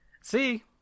see